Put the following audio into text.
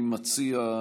אני מציע,